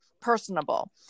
personable